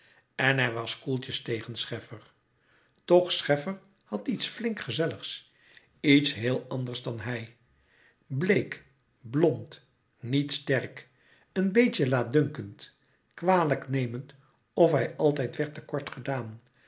en hij was koeltjes tegen scheffer toch scheffer had iets flink gezelligs iets heel anders dan hij bleek blond niet sterk een beetje laatdunkend kwalijknemend of hij altijd werd te kort gedaan